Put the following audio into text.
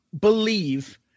believe